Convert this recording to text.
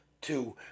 Two